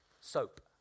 soap